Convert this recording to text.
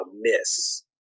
miss